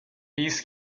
beasts